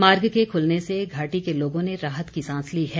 मार्ग के खुलने से घाटी के लोगों ने राहत की सांस ली है